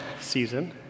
season